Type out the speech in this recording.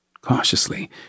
cautiously